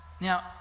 Now